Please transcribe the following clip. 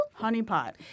Honeypot